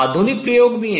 आधुनिक प्रयोग भी हैं